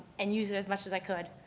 and use it as much as i could.